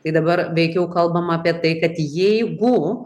tai dabar veikiau kalbama apie tai kad jeigu